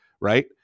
right